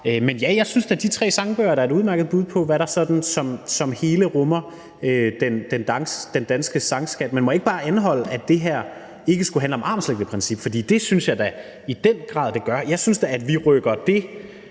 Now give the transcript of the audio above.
Men ja, jeg synes da, at de tre sangbøger er et udmærket bud på, hvad der sådan som et hele rummer den danske sangskat. Men må jeg ikke bare anholde, at det her ikke skulle handle om armslængdeprincip, for det synes jeg da i den grad det gør. At vi rykker det